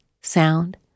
sound